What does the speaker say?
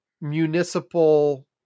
municipal